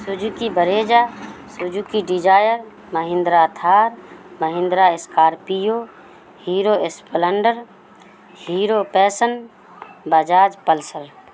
Suzuki بہجہ Suzuki Dzire Mahindra Thar Mahindra Scorpio Hero Splendor Hero Passion Bajaj Pulsar